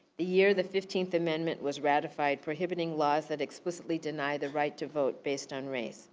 the year the fifteenth amendment was ratified, prohibiting laws that explicitly deny the right to vote based on race